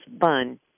fun